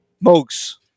Mugs